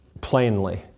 plainly